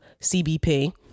CBP